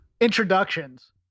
introductions